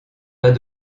pas